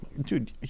Dude